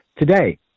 today